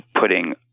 putting